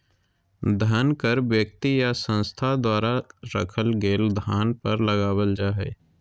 धन कर व्यक्ति या संस्था द्वारा रखल गेल धन पर लगावल जा हइ